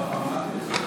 בבקשה.